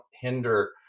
hinder